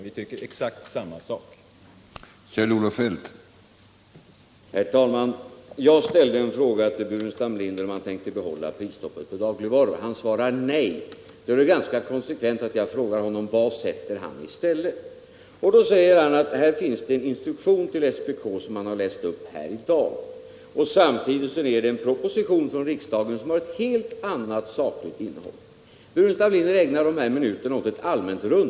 Gösta Bohman och jag tycker exakt lika.